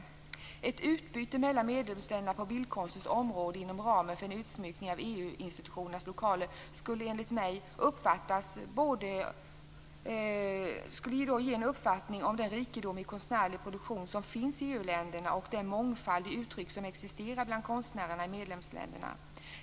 Jag anser att ett utbyte mellan medlemsländerna på bildkonstens område inom ramen för en utsmyckning av EU-institutionernas lokaler skulle ge en uppfattning om den rikedom i konstnärlig produktion som finns i EU-länderna och den mångfald i uttryck som existerar bland konstnärerna i medlemsländerna.